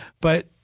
But-